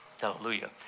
Hallelujah